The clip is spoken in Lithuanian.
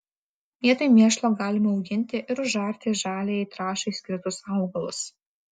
vietoj mėšlo galima auginti ir užarti žaliajai trąšai skirtus augalus